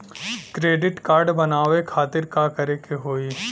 Credit card बनवावे खातिर का करे के होई?